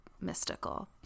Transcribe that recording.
mystical